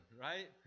Right